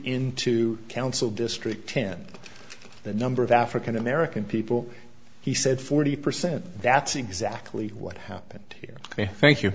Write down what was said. into council district ten the number of african american people he said forty percent that's exactly what happened here thank you